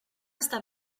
estar